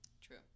True